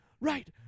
right